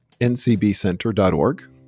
ncbcenter.org